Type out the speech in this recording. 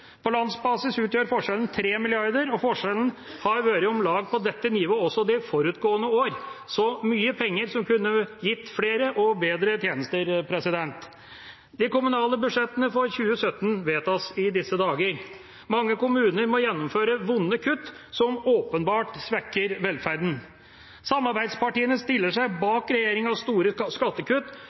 På landsbasis utgjør forskjellen 3 mrd. kr, og forskjellen har vært om lag på dette nivået også de foregående år – mye penger, som kunne gitt flere og bedre tjenester. De kommunale budsjettene for 2017 vedtas i disse dager. Mange kommuner må gjennomføre vonde kutt som åpenbart svekker velferden. Samarbeidspartiene stiller seg bak regjeringas store skattekutt,